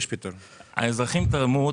האזרחים תרמו,